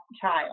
child